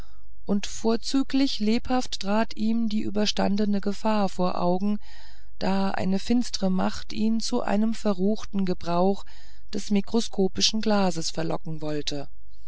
und vorzüglich lebhaft trat ihm die überstandene gefahr vor augen da eine finstere macht ihn zu einem verruchten gebrauch des mikroskopischen glases verlocken wollen